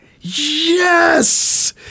Yes